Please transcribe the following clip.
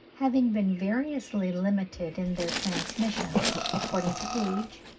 having been variously limited in their transmission according to age,